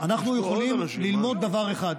אנחנו יכולים דבר אחד: